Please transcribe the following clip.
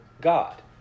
God